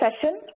session